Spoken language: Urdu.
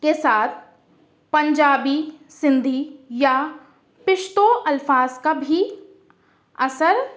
کے ساتھ پنجابی سندھی یا پشتو الفاظ کا بھی اثر